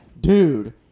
dude